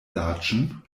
latschen